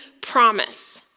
promise